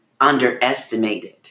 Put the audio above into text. underestimated